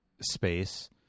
space